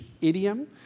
idiom